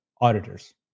auditors